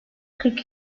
kırk